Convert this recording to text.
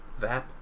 Vap